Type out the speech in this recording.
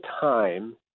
time